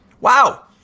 Wow